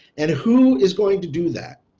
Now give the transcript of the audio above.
and who is going to do that.